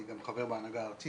אני גם חבר בהנהגה הארצית